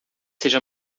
seja